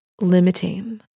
limiting